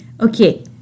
Okay